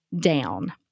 down